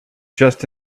just